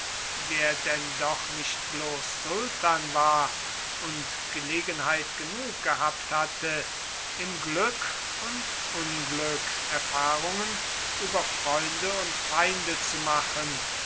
der denn doch nicht bloß sultan war und gelegenheit genug gehabt hatte im glück und unglück erfahrungen über freunde und feinde zu machen